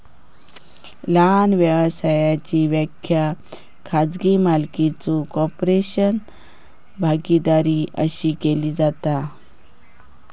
लहान व्यवसायाची व्याख्या खाजगी मालकीचो कॉर्पोरेशन, भागीदारी अशी केली जाता